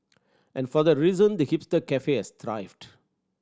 and for that reason the hipster cafe has thrived